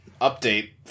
update